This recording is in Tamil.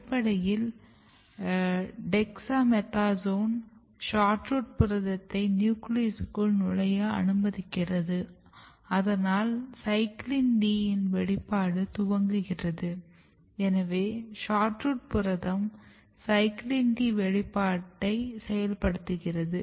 அடிப்படையில் டெக்ஸாமெத்தாஸோன் SHORT ROOT புரதத்தை நியூக்ளியஸ்க்குள் நுழைய அனுமதிக்கிறது அதனால் CYCLIN D யின் வெளிப்பாடு துவங்குகிறது எனவே SHORT ROOT புரதம் CYCLIN D வெளிப்பாட்டை செயல்படுத்துகிறது